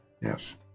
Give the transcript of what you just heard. Yes